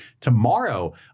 Tomorrow